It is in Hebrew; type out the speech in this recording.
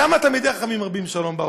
למה תלמידי חכמים מרבים שלום בעולם?